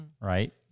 right